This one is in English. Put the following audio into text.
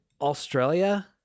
Australia